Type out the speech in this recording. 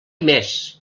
més